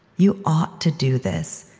you ought to do this,